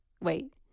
Wait